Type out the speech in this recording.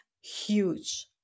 huge